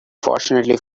fortunately